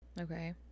Okay